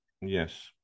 Yes